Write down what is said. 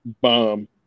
bomb